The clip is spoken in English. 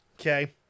Okay